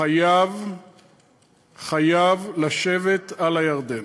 חייב לשבת על הירדן.